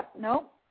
nope